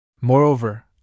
Moreover